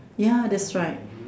ya that's right